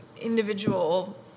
individual